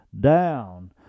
down